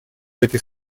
этой